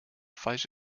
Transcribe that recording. falsch